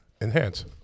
enhance